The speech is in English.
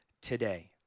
today